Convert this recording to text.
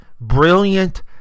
brilliant